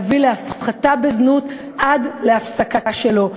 להביא להפחתה בזנות עד להפסקה שלה.